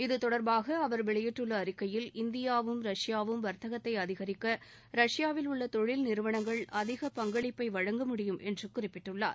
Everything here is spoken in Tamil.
இத்தொடர்பாக அவர் வெளியிட்டுள்ள அறிக்கையில் இந்தியாவும் ரஷ்யாவும் வர்த்தகத்தை அதிகரிக்க ரஷ்யாவில் உள்ள தொழில் நிறுவனங்கள் அதிக பங்களிப்பை வழங்கமுடியும் என்று குறிப்பிட்டுள்ளார்